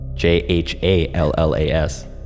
J-H-A-L-L-A-S